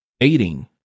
aiding